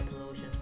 pollution